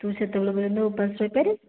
ତୁ ସେତେବେଳ ପର୍ଯ୍ୟନ୍ତ ଉପାସ ରହିପାରିବୁ